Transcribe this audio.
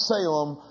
Salem